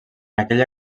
aquella